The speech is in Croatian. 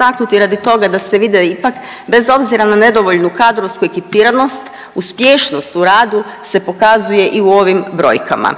istaknuti radi toga da se vide ipak bez obzira na nedovoljnu kadrovsku ekipiranost, uspješnost u radu se pokazuje i u ovim brojkama.